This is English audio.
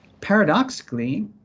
Paradoxically